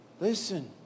Listen